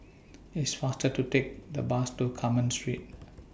It's faster to Take The Bus to Carmen Street